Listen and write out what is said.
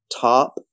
top